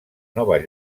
nova